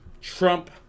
Trump